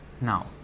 Now